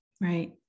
Right